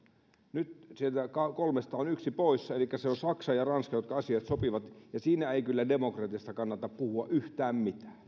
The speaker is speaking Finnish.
nyt sieltä kolmesta on yksi poissa elikkä ne ovat saksa ja ranska jotka asiat sopivat ja siinä ei kyllä demokratiasta kannata puhua yhtään